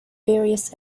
various